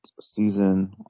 season